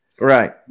Right